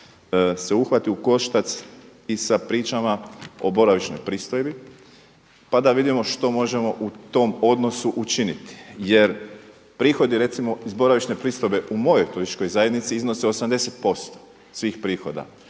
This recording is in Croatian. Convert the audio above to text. se uhvati u koštac i sa pričama o boravišnoj pristojbi pa da vidimo što možemo u tom odnosu učiniti. Jer prihodi recimo iz boravišne pristojbe u mojoj turističkoj zajednici iznose 80 posto svih prihoda.